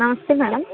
నమస్తే మేడం